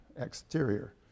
exterior